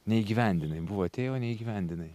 neįgyvendinai buvo atėjo o neįgyvendinai